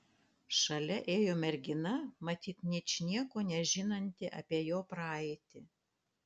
šalia ėjo mergina matyt ničnieko nežinanti apie jo praeitį